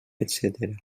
etcètera